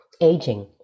aging